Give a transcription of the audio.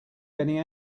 getting